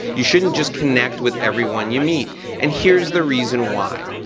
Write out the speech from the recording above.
you shouldn't just connect with everyone you meet and here's the reason why.